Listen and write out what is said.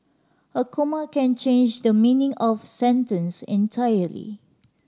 a comma can change the meaning of sentence entirely